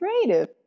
creative